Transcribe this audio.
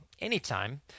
anytime